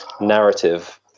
narrative